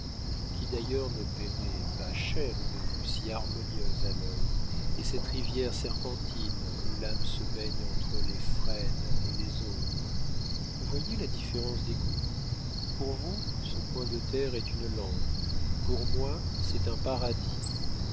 qui d'ailleurs ne payerait pas cher une vue si harmonieuse à l'œil et cette rivière serpentine où l'âme se baigne entre les frênes et les aulnes voyez la différence des goûts pour vous ce coin de terre est une lande pour moi c'est un paradis